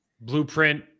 blueprint